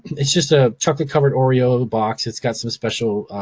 it's just a chocolate covered oreo box, it's got some special